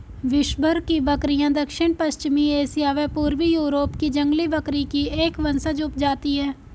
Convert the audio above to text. विश्वभर की बकरियाँ दक्षिण पश्चिमी एशिया व पूर्वी यूरोप की जंगली बकरी की एक वंशज उपजाति है